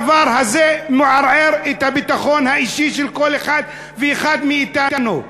הדבר הזה מערער את הביטחון האישי של כל אחד ואחד מאתנו.